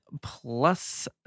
plus